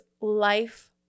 life